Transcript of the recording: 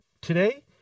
Today